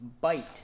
bite